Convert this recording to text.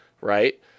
right